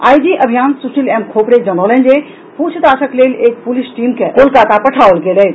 IG अभियान Sushil M Khopde जनौलनि जे पूछताछक लेल एक पुलिस टीम के कोलकाता पठाओल गेल अछि